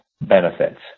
benefits